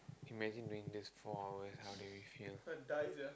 imagine doing this for four hours how do you feel